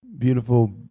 beautiful